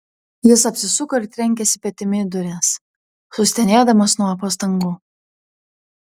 jis apsisuko ir trenkėsi petimi į duris sustenėdamas nuo pastangų